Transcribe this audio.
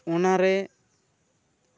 ᱚᱱᱟᱨᱮ